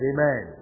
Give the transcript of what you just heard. Amen